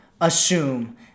assume